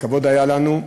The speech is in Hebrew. לכבוד היה לנו.